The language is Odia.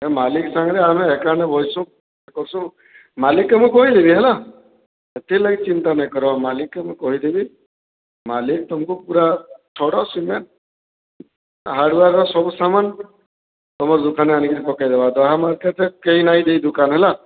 ମାଲିକ୍ ସାଙ୍ଗରେ ଆମେ ଏକାନେ ବଇସୁଁ କର୍ସୁଁ ମାଲିକ୍କେ ମୁଇଁ କହିଦେମି ହେଲା ସେଥିର୍ଲାଗି ଚିନ୍ତା ନାଇଁ କର ମାଲିକ୍କେ ମୁଇଁ କହିଦେମି ମାଲିକ୍ ତମ୍କୁ ପୁରା ଛଡ଼ ସିମେଣ୍ଟ ହାର୍ଡୱେରର ସବୁ ସାମାନ ତୁମର ଦୁକାନେ ଆଣିକରି ପକେଇଦେବା ଦହା ମାର୍କେଟ୍ରେ କେହି ନାଇଁ ଦେଇ ଦୁକାନ୍ ହେଲା